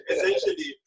Essentially